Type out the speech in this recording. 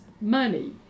money